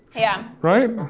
yeah right?